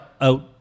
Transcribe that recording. Out